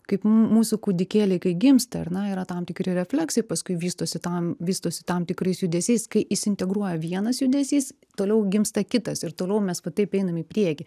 kaip mūsų kūdikėliai kai gimsta ar ne yra tam tikri refleksai paskui vystosi tam vystosi tam tikrais judesiais kai įsiintegruoja vienas judesys toliau gimsta kitas ir toliau mes va taip einam į priekį